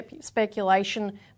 speculation